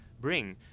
bring